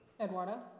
Eduardo